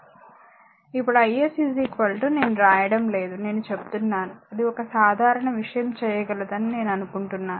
ఇప్పుడు i s నేను రాయడం లేదు నేను చెప్తున్నాను అది ఒక సాధారణ విషయం చేయగలదని నేను అనుకుంటున్నాను